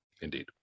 indeed